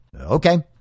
Okay